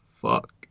fuck